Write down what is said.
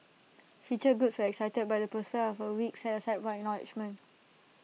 featured groups were excited by the prospect of A week set aside for acknowledgement